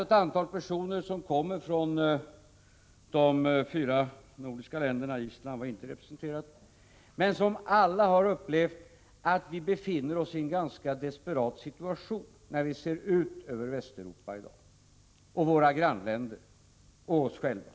Ett antal personer från fyra av de nordiska länderna — Island var inte representerat — har alla upplevt att vi befinner oss i en ganska desperat situation. Det står klart när man studerar förhållandena i Västeuropa i dag — det gäller således även våra grannländer och oss själva.